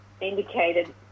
indicated